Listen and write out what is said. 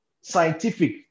scientific